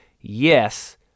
Yes